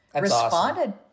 responded